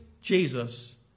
Jesus